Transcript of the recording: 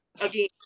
Again